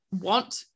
want